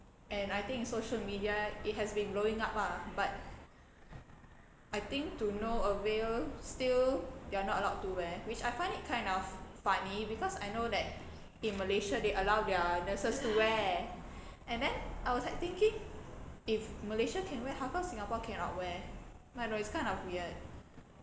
and I think in social media it has been blowing up ah but I think to know a still they are not allowed to wear which I find it kind of funny because I know that in malaysia they allow their nurses to wear and then I was like thinking if malaysia can wear how come singapore cannot wear I don't know it's kind of weird